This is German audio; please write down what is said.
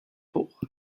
hoch